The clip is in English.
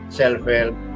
self-help